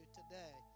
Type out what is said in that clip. today